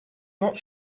not